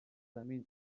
زمین